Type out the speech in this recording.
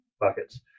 buckets